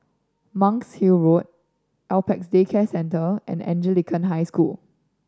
Monk's Hill Road Apex Day Care Centre and Anglican High School